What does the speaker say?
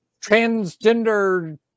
transgender